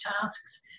tasks